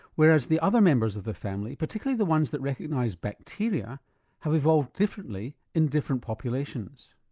whereas the other members of the family, particularly the ones that recognise bacteria have evolved differently in different populations.